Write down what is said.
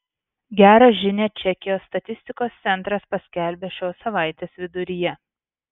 gerą žinią čekijos statistikos centras paskelbė šios savaitės viduryje